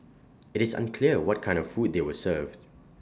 IT is unclear what kind of food they were served